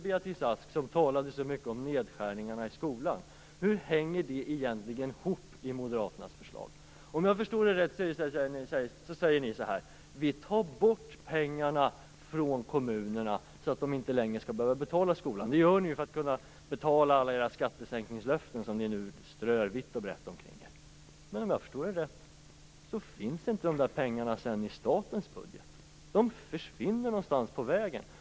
Hur hänger det hela egentligen ihop i moderaternas förslag? Om jag förstår det rätt säger ni så här: Vi tar bort pengarna från kommunerna så att de inte längre skall behöva betala skolan. Det gör ni för att kunna betala alla era skattesänkningar, löften ni strör vitt och brett omkring. Om jag förstår det rätt finns inte dessa pengar sedan i statens budget. De försvinner någonstans på vägen.